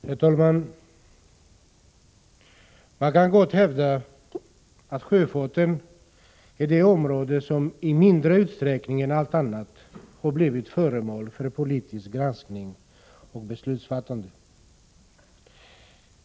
Herr talman! Man kan gott hävda att sjöfarten är det område som i mindre utsträckning än allt annat har blivit föremål för politisk granskning och beslutsfattande.